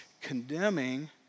condemning